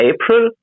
April